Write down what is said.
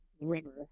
River